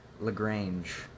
LaGrange